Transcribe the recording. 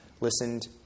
listened